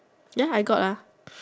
then I got ah